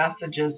messages